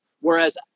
whereas